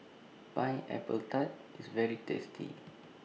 Pineapple Tart IS very tasty